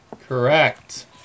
Correct